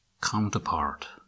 counterpart